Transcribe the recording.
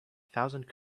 thousand